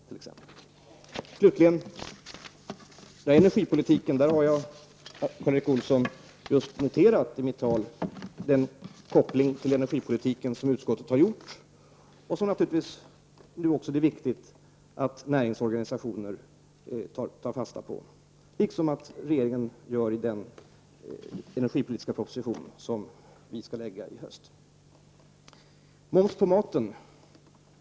När det gäller energipolitiken, Karl Erik Olsson, noterade jag i mitt inledningsanförande den koppling till energipolitiken som utskottet har gjort och som det är viktigt att näringsorganisationer tar fasta på — liksom regeringen skall göra i den energipolitiska proposition som skall läggas fram för riksdagen i höst.